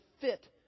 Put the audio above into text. fit